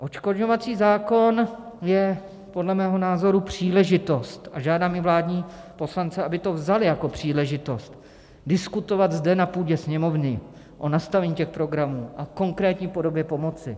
Odškodňovací zákon je podle mého názoru příležitost a žádám i vládní poslance, aby to vzali jako příležitost, diskutovat zde na půdě Sněmovny o nastavení těch programů a konkrétní podobě pomoci.